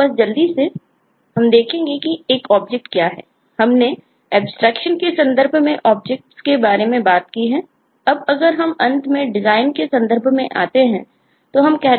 तो बस जल्दी से हम देखेंगे कि एक ऑब्जेक्ट हो